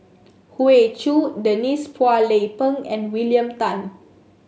Hoey Choo Denise Phua Lay Peng and William Tan